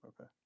okay